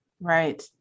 right